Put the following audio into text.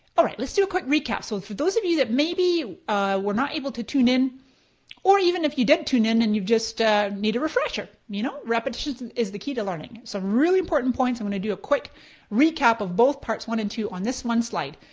all right let's do a quick recap. so for those of you that maybe were not able to tune in or even if you did tune and you just need a refresher, you know repetition is the key to learning. so really important points, i want to do a quick recap of both parts, one and two, on this one slide.